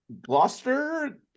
Gloucester